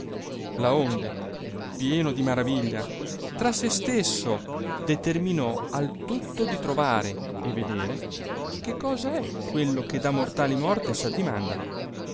perdona laonde pieno di maraviglia tra se stesso determinò al tutto di trovare e vedere che cosa è quello che da mortali morte s addimanda